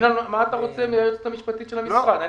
מה אתה רוצה מהיועצת המשפטית של המשרד?